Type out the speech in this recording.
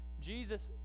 Jesus